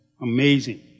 Amazing